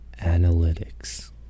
analytics